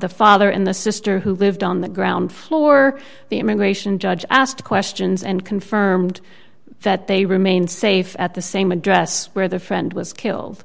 the father and the sister who lived on the ground floor the immigration judge asked questions and confirmed that they remain safe at the same address where their friend was killed